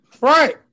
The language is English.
Right